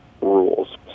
rules